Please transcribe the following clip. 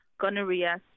gonorrhea